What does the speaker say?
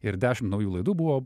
ir dešim naujų laidų buvo